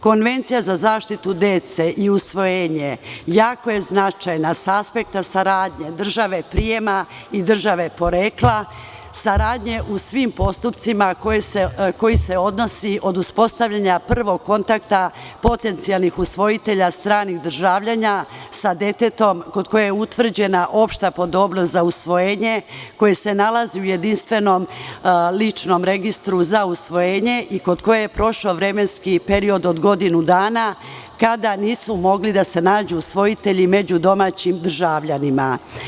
Konvencija za zaštitu dece i usvojenje jako je značajna sa aspekta saradnje države prijema i države porekla, saradnje u svim postupcima koji se odnosi od uspostavljanja prvog kontakta potencijalnih usvojitelja stranih državljana sa detetom kod koje je utvrđena opšta podobnost za usvojenje, koje se nalazi u jedinstvenom ličnom registru za usvojenje i kod je prošao vremenski period od godinu kada nisu mogli da se nađu usvojitelji među domaćim državljanima.